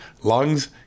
lungs